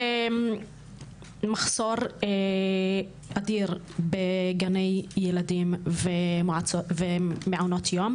מחסור אדיר בגני ילדים ומעונות יום.